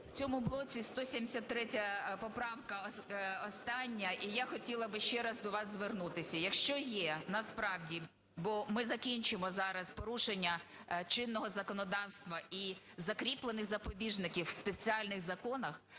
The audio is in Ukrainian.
В цьому блоці 173 поправка, остання. І я хотіла би ще раз до вас звернутися. Якщо є насправді, бо ми закінчимо зараз порушення чинного законодавства і закріплених запобіжників в спеціальних законах,